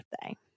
birthday